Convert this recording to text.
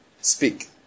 speak